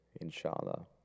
inshallah